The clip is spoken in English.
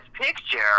Picture